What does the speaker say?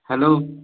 hello